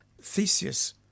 Theseus